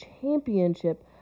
championship